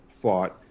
fought